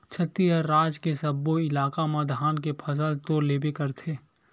छत्तीसगढ़ राज के सब्बो इलाका म धान के फसल तो लेबे करथे